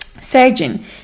surgeon